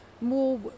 more